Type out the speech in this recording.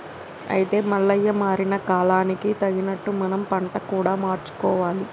అయితే మల్లయ్య మారిన కాలానికి తగినట్లు మనం పంట కూడా మార్చుకోవాలి